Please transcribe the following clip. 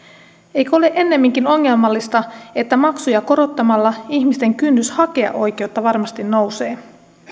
eikö ole ennemminkin ongelmallista että maksuja korottamalla ihmisten kynnys hakea oikeutta varmasti nousee